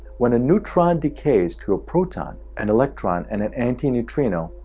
when a neutron decays to a proton and electron, and an anti-neutrino,